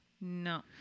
No